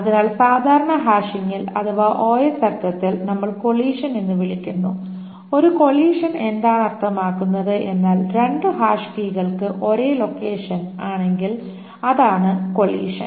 അതിനാൽ സാധാരണ ഹാഷിംഗിൽ അഥവാ OS അർത്ഥത്തിൽ നമ്മൾ കൊളിഷൻ എന്ന് വിളിക്കുന്നു ഒരു കൊളിഷൻ എന്താണ് അർത്ഥമാക്കുന്നത് എന്നാൽ രണ്ട് ഹാഷ് കീകൾക്ക് ഒരേ ലൊക്കേഷൻ ആണെങ്കിൽ അതാണ് കൊളിഷൻ